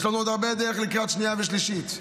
יש לנו עוד הרבה דרך לקראת שנייה ושלישית.